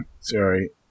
Sorry